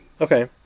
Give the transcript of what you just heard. Okay